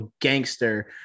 gangster